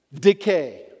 decay